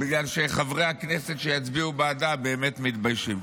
בגלל שחברי הכנסת שיצביעו בעדה באמת מתביישים.